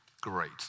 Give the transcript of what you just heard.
great